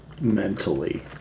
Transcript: mentally